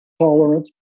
tolerance